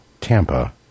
Tampa